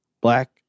black